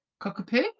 cockapoo